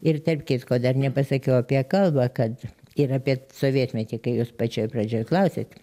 ir tarp kitko dar nepasakiau apie kalbą kad ir apie sovietmetį kai jūs pačioj pradžioj klausėt